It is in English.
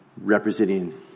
representing